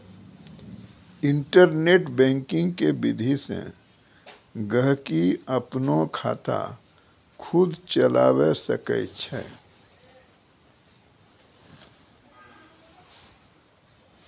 internet banking के विधि से गहकि अपनो खाता खुद चलावै सकै छै